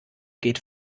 geht